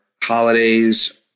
holidays